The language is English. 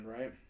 right